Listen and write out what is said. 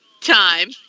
time